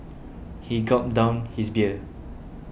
he gulped down his beer